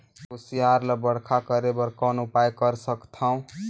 कुसियार ल बड़खा करे बर कौन उपाय कर सकथव?